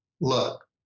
look